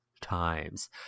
times